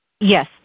Yes